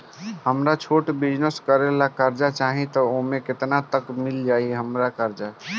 हमरा छोटा बिजनेस करे ला कर्जा चाहि त ओमे केतना तक मिल जायी हमरा कर्जा?